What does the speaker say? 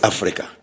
Africa